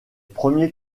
premiers